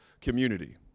community